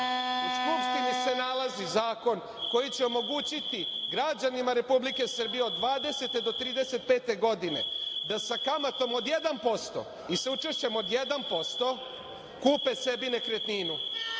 u Skupštini se nalazi zakon koji će omogućiti građanima Republike Srbije od 20 do 35 godine da sa kamatom od 1% i sa učešćem od 1% kupe sebi nekretninu.